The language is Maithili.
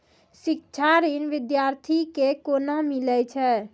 शिक्षा ऋण बिद्यार्थी के कोना मिलै छै?